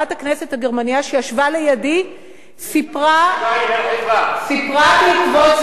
שישבה לידי סיפרה סיפרה בעקבות זה שהיא מבינה